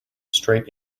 straight